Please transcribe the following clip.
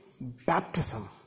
baptism